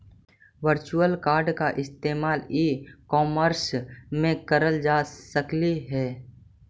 virtual card का इस्तेमाल e commerce में करल जा सकलई हे